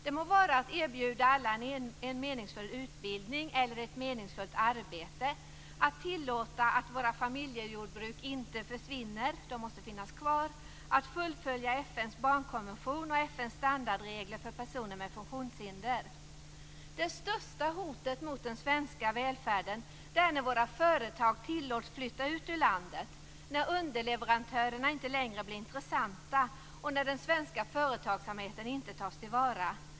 Det må vara att man erbjuder alla en meningsfull utbildning eller ett meningsfullt arbete, att man inte tillåter att våra familjejordbruk försvinner; de måste finnas kvar. Det må vara att man fullföljer FN:s barnkonvention och FN:s standardregler för personer med funktionshinder. Det största hotet mot den svenska välfärden är när våra företag tillåts flytta ut ur landet, när underleverantörerna inte längre blir intressanta och när den svenska företagsamheten inte tas till vara.